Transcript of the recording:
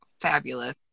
fabulous